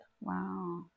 wow